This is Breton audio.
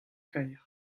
kaer